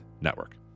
Network